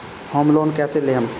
Home loan कैसे लेहम?